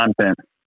content